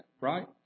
right